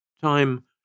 Time